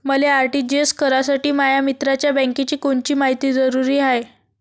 मले आर.टी.जी.एस करासाठी माया मित्राच्या बँकेची कोनची मायती जरुरी हाय?